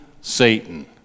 Satan